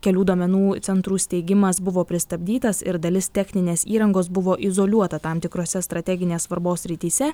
kelių duomenų centrų steigimas buvo pristabdytas ir dalis techninės įrangos buvo izoliuota tam tikrose strateginės svarbos srityse